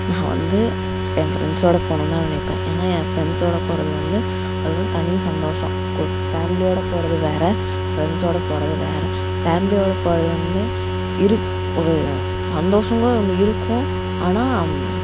நான் வந்து என் ஃபிரண்ட்ஸோடு போகணுன்தான் நினைப்பேன் ஏன்னால் என் ஃபிரண்ட்ஸோடு போவது வந்து அதுவந்து தனி சந்தோஷம் ஒரு பேமிலியோடு போவது வேறு ஃபிரண்ஸோடு போவது வேறு ஃபேமிலியோடு போவது வந்து இரு ஒரு சந்தோஷங்க ஒன்று இருக்கும் ஆனால்